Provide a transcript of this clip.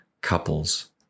couples